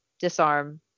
Disarm